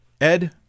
Ed